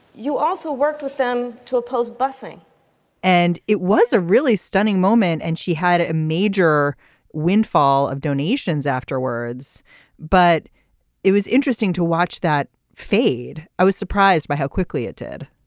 you also worked with them to oppose busing and it was a really stunning moment. and she had a major windfall of donations afterwards but it was interesting to watch that fade. i was surprised by how quickly it did